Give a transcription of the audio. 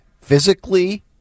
physically